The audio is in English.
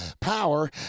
power